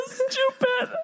stupid